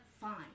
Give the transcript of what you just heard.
fine